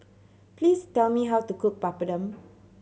please tell me how to cook Papadum